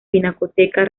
pinacoteca